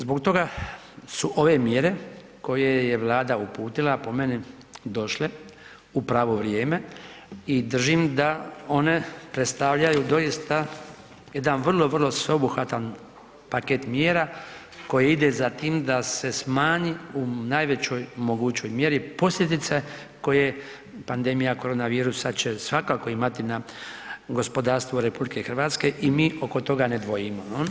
Zbog toga su ove mjere koje je Vlada uputila, po meni, došle u pravo vrijeme i držim da one predstavljaju doista jedan vrlo vrlo sveobuhvatan paket mjera koji ide za tim da se smanji u najvećoj mogućoj mjeri posljedice koje pandemija korona virusa će svakako imati na gospodarstvo Republike Hrvatske, i mi oko toga ne dvojimo.